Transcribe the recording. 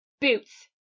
boots